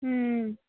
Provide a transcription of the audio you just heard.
ಹ್ಞೂ